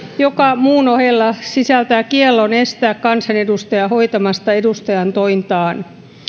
joka muun ohella sisältää kiellon estää kansanedustajaa hoitamasta edustajantointaan